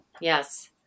Yes